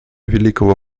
великого